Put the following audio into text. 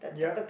yup